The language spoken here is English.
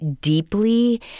deeply